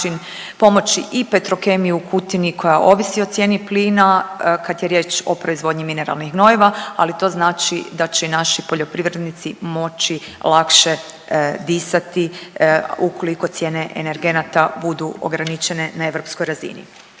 način pomoći i Petrokemiji u Kutini koja ovisi o cijeni plina, kad je riječ o proizvodnji mineralnih gnojiva, ali to znači da će i naši poljoprivrednici moći lakše disati ukoliko cijene energenata budu ograničene na europskoj razini.